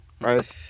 right